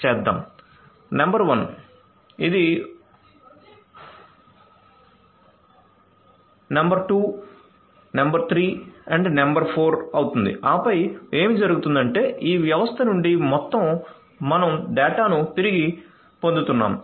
ఇది నంబర్ 1 ఇది మన నంబర్ 2 అవుతుంది ఇది మన నెంబర్ 3 అవుతుంది ఇది మన నంబర్ 4 అవుతుంది ఆపై ఏమి జరుగుతుందంటే ఈ వ్యవస్థ నుండి మొత్తం మనం డేటాను తిరిగి పొందుతున్నాము